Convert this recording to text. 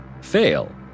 Fail